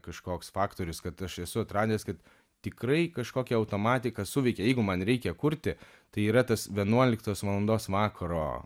kažkoks faktorius kad aš esu atradęs kad tikrai kažkokia automatika suveikia jeigu man reikia kurti tai yra tas vienuoliktos valandos vakaro